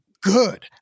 good